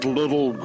little